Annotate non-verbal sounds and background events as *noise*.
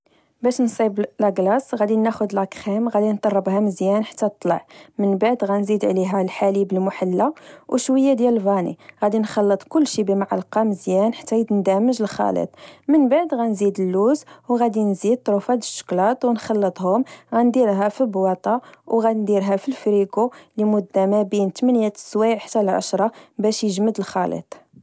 باش نصايب *hesitation* لاچلاص، غدي ناخد لكخيم، غدي نطربها مزيان حتى طلع، من بعد غدي نزيد عليها الحليب المحلى وشوية ديال ڤاني ، غدي نخلط كولشي بمعلقة مزيان حتى يندمج الخليط، من بعد غدي نزيد اللوز وغدي نزيد طروفة دشكلاط ونخلطهم، غنديرها في بواطة، وغنديرها في الفريچو لمدة مابين تمنيات السوايع حتى لعشرة باش يجمد الخليط